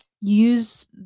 use